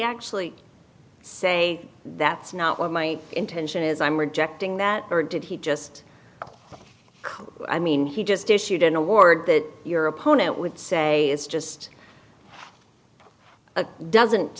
actually say that's not what my intention is i'm rejecting that or did he just come i mean he just issued an award that your opponent would say it's just a doesn't